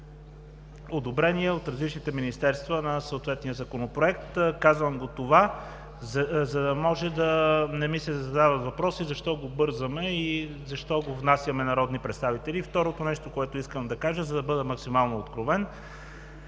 одобрение от различните министерства на съответния Законопроект. Казвам това, за да не ми се задават въпроси защо го бързаме и защо го внасяме народни представители. Второто нещо, което искам да кажа, за да бъда максимално откровен,